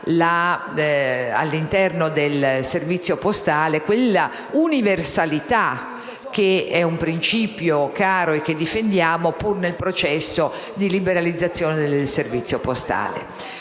all'interno del servizio postale quella universalità che è un principio caro, che difendiamo, pur nel processo di liberalizzazione del servizio postale.